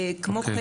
כמו כן,